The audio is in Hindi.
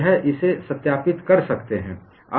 यह इसे सत्यापित कर सकते हैं